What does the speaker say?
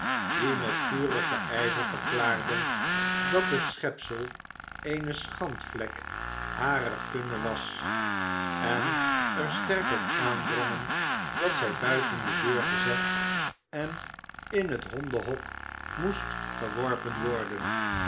die met vurigen ijver verklaarden dat het schepsel eene schandvlek harer kunne was en er sterk op aandrongen dat zij buiten de deur gezet en in t hondenhok moest geworpen worden